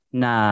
na